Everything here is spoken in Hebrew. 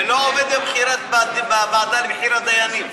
זה לא עובד בוועדה לבחירת דיינים.